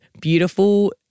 beautiful